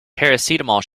paracetamol